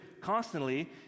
constantly